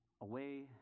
away